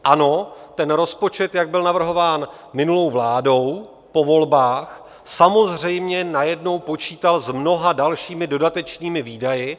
Ano, ten rozpočet, jak byl navrhován minulou vládou po volbách, samozřejmě najednou počítal s mnoha dalšími dodatečnými výdaji.